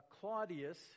Claudius